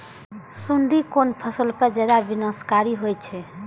सुंडी कोन फसल पर ज्यादा विनाशकारी होई छै?